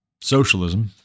socialism